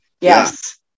yes